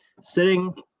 sitting